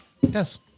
Yes